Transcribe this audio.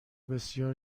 بسیار